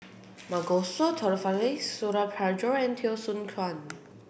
Masagos Zulkifli Suradi Parjo and Teo Soon Chuan